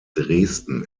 dresden